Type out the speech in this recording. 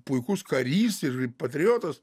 puikus karys ir patriotas